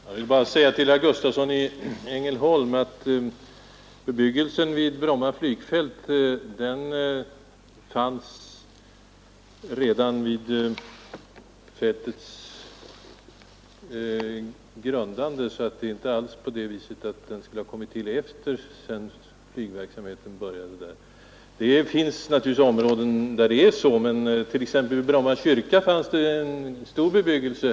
Herr talman! Jag vill bara säga till herr Gustavsson i Ängelholm att bebyggelsen kring Bromma flygfält fanns redan vid dettas anläggning. Det är inte alls så att den skulle ha kommit till efter det att flygverksamheten påbörjades där. Det finns visserligen områden som tillkommit senare, men vid t.ex. Bromma kyrka fanns det redan tidigare en stor bebyggelse.